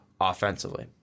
offensively